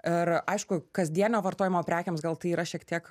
ir aišku kasdienio vartojimo prekėms gal tai yra šiek tiek